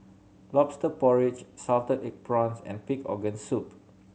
Lobster Porridge salted egg prawns and pig organ soup